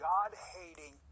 God-hating